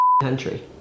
country